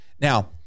Now